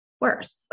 worth